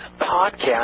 Podcast